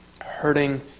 hurting